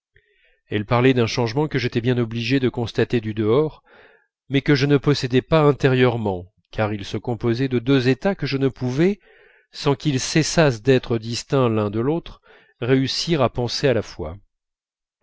elle parlait d'un changement que j'étais bien obligé de constater du dehors mais que je ne possédais pas intérieurement car il se composait de deux états que je ne pouvais sans qu'ils cessassent d'être distincts l'un de l'autre réussir à penser à la fois